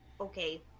Okay